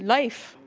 life.